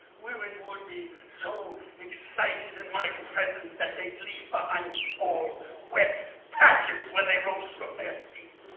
women would be so excited in my presence that they'd leave behind small wet patches when they rose from their seats.